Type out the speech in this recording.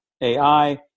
AI